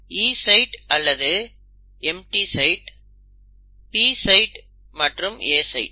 E site அல்லது empty site P site மற்றும் A side